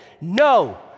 No